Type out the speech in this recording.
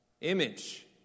Image